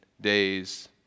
days